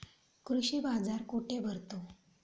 कृषी बाजार कुठे भरतो?